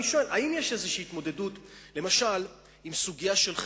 עם סוגיה של חינוך?